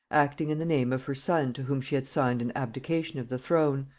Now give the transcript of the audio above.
acting in the name of her son to whom she had signed an abdication of the throne,